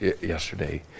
yesterday